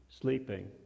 sleeping